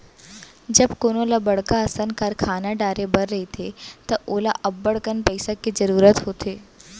जब कोनो ल बड़का असन कारखाना डारे बर रहिथे त ओला अब्बड़कन पइसा के जरूरत होथे